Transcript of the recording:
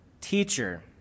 teacher